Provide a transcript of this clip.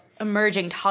emerging